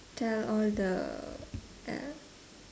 tell all the uh